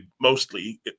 mostly